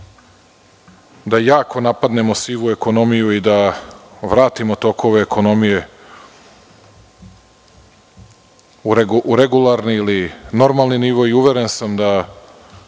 da jako napadnemo sivu ekonomiju i da vratimo tokove ekonomije u regularni ili normalni nivo. Uveren sam da